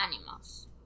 animals